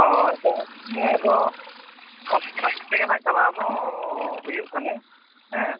ᱦᱳᱭ ᱵᱟᱝᱜᱮ ᱟᱫᱚ ᱚᱱᱟ ᱵᱟᱲᱟᱭ ᱠᱟᱛᱮᱫ ᱜᱮ ᱦᱟᱸᱜ ᱪᱟᱞᱟᱣ ᱫᱚ ᱦᱩᱭᱩᱜ ᱠᱟᱱᱟ ᱦᱮᱸ